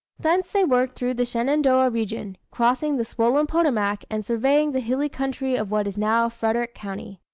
thence they worked through the shenandoah region, crossing the swollen potomac and surveying the hilly country of what is now frederick county.